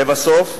לבסוף,